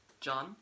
John